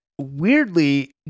weirdly